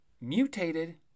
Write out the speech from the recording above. mutated